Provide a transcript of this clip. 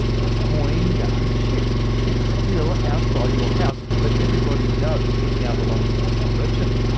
the coin doesn't shift it's still outside your house, but everybody knows it now belongs to the merchant.